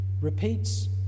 repeats